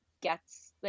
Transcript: gets-